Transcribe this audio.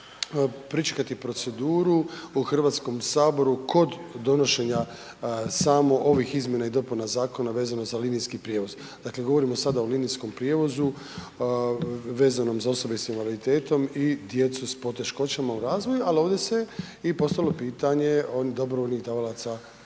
pričekati proceduru u Hrvatskom saboru kod donošenja samo ovih izmjena i dopuna zakona vezano za linijski prijevoz. Dakle, govorimo sada o linijskom prijevozu vezanom za osobe s invaliditetom i djecu s poteškoćama u razvoju, ali ovdje se i postavilo pitanje dobrovoljnih davalaca